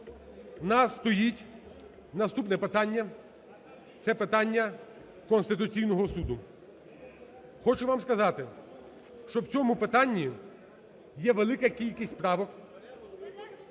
нас стоїть наступне питання – це питання Конституційного Суду. Хочу вам сказати, що в цьому питанні є велика кількість правок.